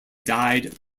died